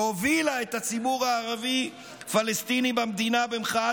שהובילה את הציבור הערבי-פלסטיני במדינה במחאת